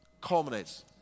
culminates